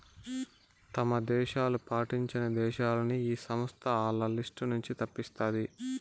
తమ ఆదేశాలు పాటించని దేశాలని ఈ సంస్థ ఆల్ల లిస్ట్ నుంచి తప్పిస్తాది